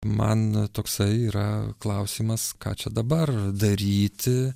man toksai yra klausimas ką čia dabar daryti